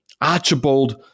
Archibald